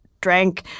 drank